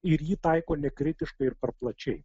ir jį taiko nekritiškai ir per plačiai